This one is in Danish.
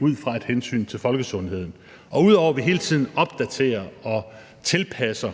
ud fra et hensyn til folkesundheden. Og ud over at vi hele tiden opdaterer og tilpasser